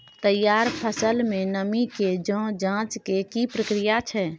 तैयार फसल में नमी के ज जॉंच के की प्रक्रिया छै?